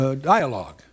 Dialogue